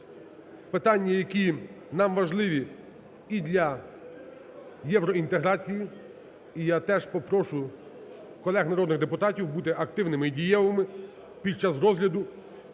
питання, які нам важливі і для євроінтеграції. І я теж попрошу колег народних депутатів бути активними і дієвими під час розгляду